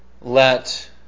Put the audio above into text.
let